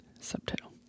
Subtitle